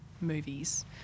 movies